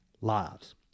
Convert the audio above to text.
lives